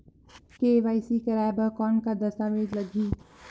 KYC कराय बर कौन का दस्तावेज लगही?